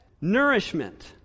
nourishment